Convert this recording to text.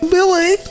Billy